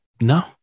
no